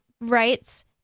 rights